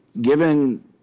given